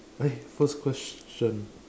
eh first question